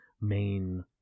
main